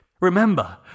Remember